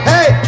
Hey